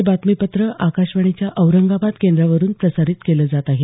हे बातमीपत्र आकाशवाणीच्या औरंगाबाद केंद्रावरून प्रसारित केलं जात आहे